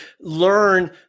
learn